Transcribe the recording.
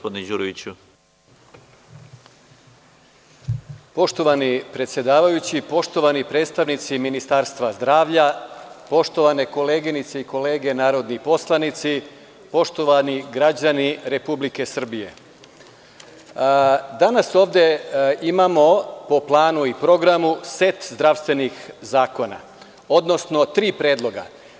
Poštovani predsedavajući, poštovani predstavnici Ministarstva zdravlja, poštovane koleginice i kolege narodni poslanici, poštovani građani Republike Srbije, danas ovde imamo po planu i programu set zdravstvenih zakona, odnosno tri predloga.